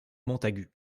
montagu